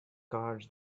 cards